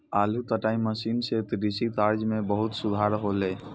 आलू कटाई मसीन सें कृषि कार्य म बहुत सुधार हौले